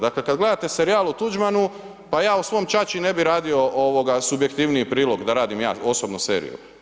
Dakle kad gledate serijal o Tuđmanu, pa ja svom o ćaći ne bi radio subjektivniji prilog da radim ja osobno seriju.